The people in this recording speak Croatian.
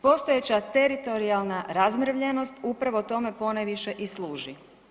Postojeća teritorijalna razmrvljenost upravo tome ponajviše i služi.